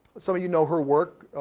some of you know her work.